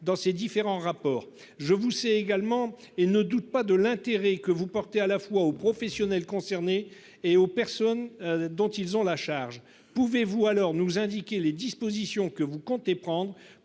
dans ses différents rapports. Je ne doute pas de l'intérêt que vous portez à la fois aux professionnels concernés et aux personnes dont ils ont la charge. Pourriez-vous dès lors nous indiquer les dispositions que vous comptez prendre